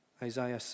Isaiah